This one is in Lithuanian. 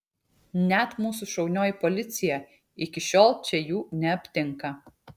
net mūsų šaunioji policija iki šiol čia jų neaptinka